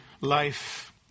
life